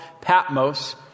Patmos